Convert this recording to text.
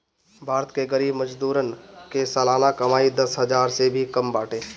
भारत के गरीब मजदूरन के सलाना कमाई दस हजार से भी कम बाटे